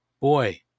boy